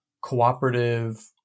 cooperative